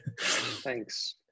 Thanks